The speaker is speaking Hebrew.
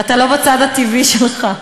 ואתה לא בצד הטבעי שלך.